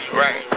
right